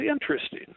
interesting